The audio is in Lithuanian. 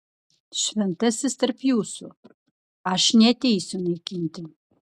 šventasis tarp jūsų aš neateisiu naikinti